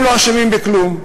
הם לא אשמים בכלום.